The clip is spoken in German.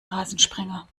rasensprenger